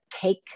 take